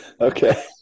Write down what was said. Okay